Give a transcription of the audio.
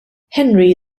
henry